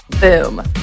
Boom